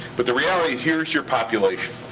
but the reality, here's your population.